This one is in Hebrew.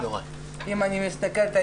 אם אני מסתכלת,